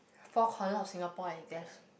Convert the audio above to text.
four corner of Singapore I guess